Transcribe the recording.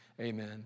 amen